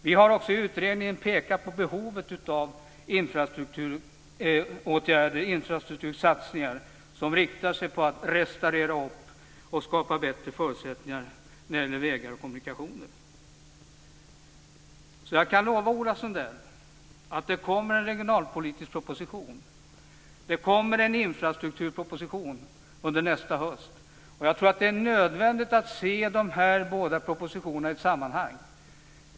Vi har också i utredningen pekat på behovet av infrastruktursatsningar som är inriktade på att restaurera och skapa bättre förutsättningar när det gäller vägar och kommunikationer. Jag kan lova Ola Sundell att det kommer en regionalpolitisk proposition och att det kommer en infrastrukturproposition under nästa höst. Jag tror att det är nödvändigt att se de här båda propositionerna i ett sammanhang.